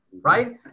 right